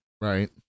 Right